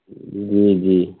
जी जी